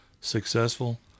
successful